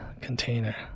container